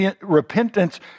repentance